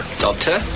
doctor